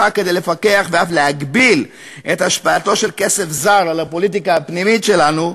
לפקח ואף להגביל את השפעתו של כסף זר על הפוליטיקה הפנימית שלנו,